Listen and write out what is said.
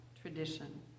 tradition